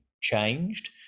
changed